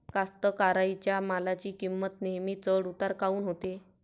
कास्तकाराइच्या मालाची किंमत नेहमी चढ उतार काऊन होते?